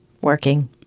working